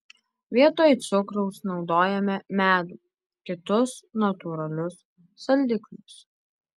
vietoj cukraus naudojame medų kitus natūralius saldiklius